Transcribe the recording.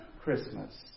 Christmas